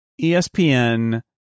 ESPN